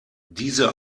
diese